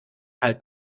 halt